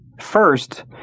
First